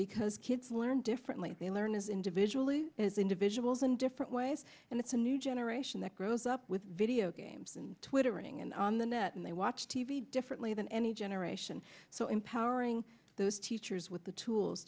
because kids learn differently they learn as individually as individuals in different ways and it's a new generation that grows up with video games and twittering and on the net and they watch t v differently than any generation so empowering those teachers with the tools